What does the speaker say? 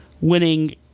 winning